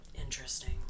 Interesting